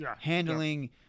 handling